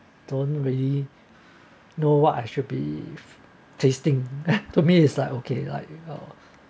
don't really know what I should be tasting to me is like okay like uh